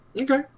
Okay